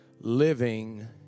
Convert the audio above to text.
living